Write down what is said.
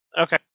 Okay